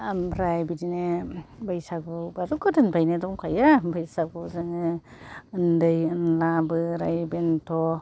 ओमफ्राय बिदिनो बैसागु आथ' गोदोनिफ्रायनो दंखायो बैसागु जोङो उन्दै उनला बोराइ बेन्थ'